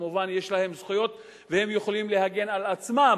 כמובן יש להם זכויות והם יכולים להגן על עצמם,